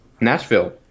Nashville